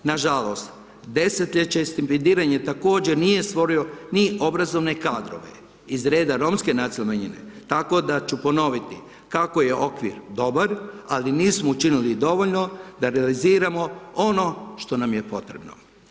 Na žalost, desetljeće stipendiranja također nije stvorio ni obrazovne kadrove iz reda romske nacionalne manjine, tako da ću ponoviti kako je okvir dobar, ali nismo učinili dovoljno da realiziramo ono što nam je potrebno.